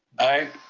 aye.